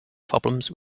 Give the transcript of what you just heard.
problems